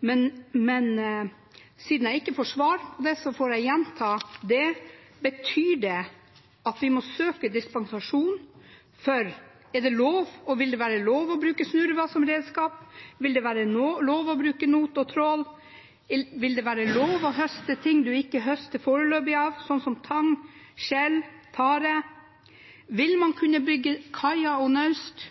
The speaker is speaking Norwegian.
Men siden jeg ikke får svar, får jeg gjenta: Betyr det at de må søke dispensasjon? Vil det være lov å bruke snurrevad som redskap? Vil det være lov å bruke not og trål? Vil det være lov å høste av ting en ikke høster av foreløpig, slik som tang, skjell og tare? Vil man kunne bygge kaier og naust –